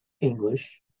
English